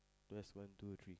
test one two three